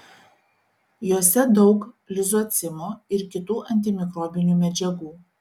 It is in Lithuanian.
jose daug lizocimo ir kitų antimikrobinių medžiagų